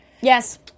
Yes